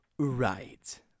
Right